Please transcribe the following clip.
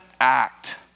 act